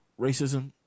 racism